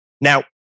Now